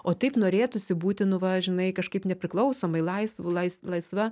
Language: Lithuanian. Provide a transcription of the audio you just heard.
o taip norėtųsi būti nu va žinai kažkaip nepriklausomai laisv lais laisva